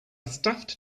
stuffed